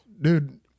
dude